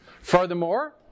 Furthermore